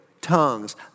Tongues